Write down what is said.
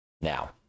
now